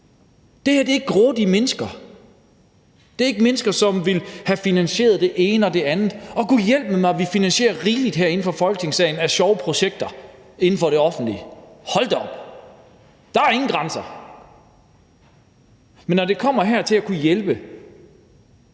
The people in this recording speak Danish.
Det her er ikke grådige mennesker. Det er ikke mennesker, som vil have finansieret det ene og det andet. Vi finansierer gudhjælpemig herinde fra Folketingssalen rigeligt af sjove projekter inden for det offentlige. Hold da op! Der er ingen grænser. Men noget andet er, når det kommer til at kunne hjælpe